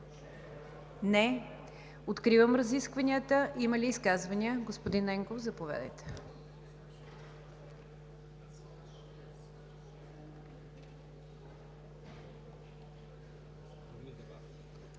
Не. Откривам разискванията. Има ли изказвания? Господин Ненков, заповядайте.